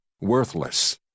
worthless